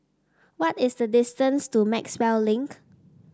what is the distance to Maxwell Link